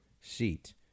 seat